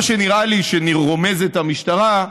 מה שנראה לי שרומזת המשטרה,